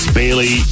bailey